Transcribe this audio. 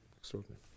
extraordinary